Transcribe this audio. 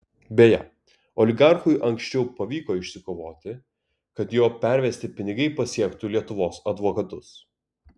beje oligarchui anksčiau pavyko išsikovoti kad jo pervesti pinigai pasiektų lietuvos advokatus